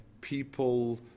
people